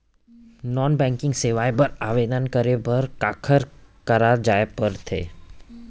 non banking सेवाएं बर आवेदन करे बर काखर करा जाए बर परथे